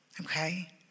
okay